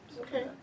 Okay